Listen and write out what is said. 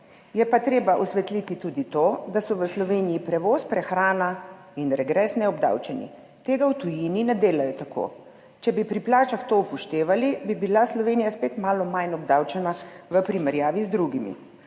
je pa treba osvetliti tudi to, da so v Sloveniji prevoz, prehrana in regres neobdavčeni. Tega v tujini ne delajo tako. Če bi pri plačah to upoštevali, bi bila Slovenija spet malo manj obdavčena v primerjavi z drugimi.